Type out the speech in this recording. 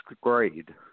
grade